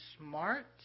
smart